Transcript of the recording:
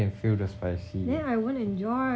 then I can feel the spicy